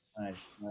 nice